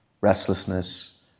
Restlessness